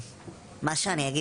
מה שאני אגיד,